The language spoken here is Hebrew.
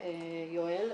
יואל,